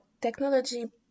technology